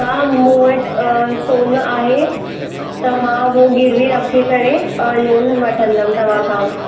हा मूं वटि सोन आहे त मां उहो गिरवी रखी करे लोन वठंदमि तव्हांखां